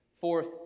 fourth